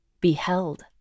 beheld